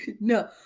No